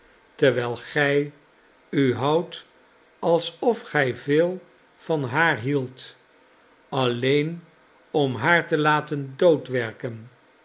terwijl gij u houdt alsof gij veel van haar hieldt alleen om haar te laten